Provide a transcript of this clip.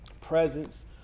presence